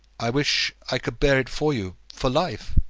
i wish i could bear it for you for life.